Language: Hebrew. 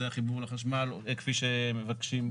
החיבור לחשמל כי שמבקשים בהצעת החוק.